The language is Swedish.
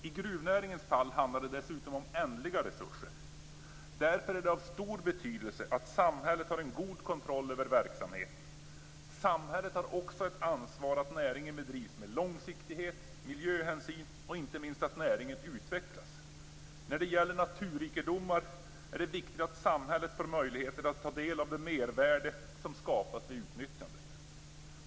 I gruvnäringens fall handlar det dessutom om ändliga tillgångar. Det är därför av stor betydelse att samhället har en god kontroll över verksamheten. Samhället har också ansvar för att näringen bedrivs med långsiktighet, för att man tar hänsyn till miljön och för att näringen utvecklas. När det gäller naturrikedomar är det viktigt att samhället får möjligheter att ta dela av det mervärde som skapas vid utnyttjandet.